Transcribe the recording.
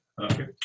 okay